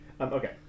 Okay